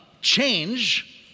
change